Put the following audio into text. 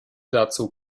dazu